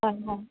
হয় হয়